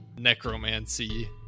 necromancy